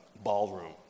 ballroom